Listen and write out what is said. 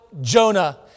Jonah